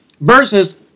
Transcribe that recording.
Versus